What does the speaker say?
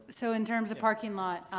so in terms of parking lot,